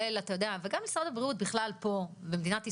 וגם משרד הבריאות פה ומדינת ישראל,